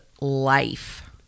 life